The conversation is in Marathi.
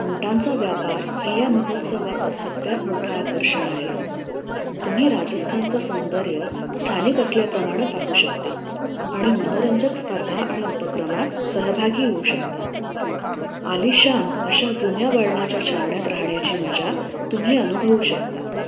उंटांचा व्यापार हे या महोत्सवाचे सगळ्यात मोठा आकर्षण आहे तुम्ही राजस्थानचं सौंदर्य स्थानिक असल्या प्रमाणं पाहू शकता आणि मनोरंजक स्पर्धा आणि उपक्रमात सहभागी होऊ शकता आलिशान अशा जुन्या वळणाच्या छावण्यात राहण्याची मजा तुम्ही अनुभवू शकता